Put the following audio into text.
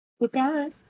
Goodbye